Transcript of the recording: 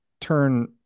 turn